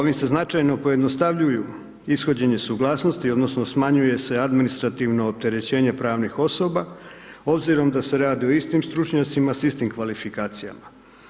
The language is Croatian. Ali, se značajno pojednostavljuju ishođenje suglasnosti odnosno smanjuje se administrativno opterećenje pravnih osoba obzirom da se radi o istim stručnjacima s istim kvalifikacija.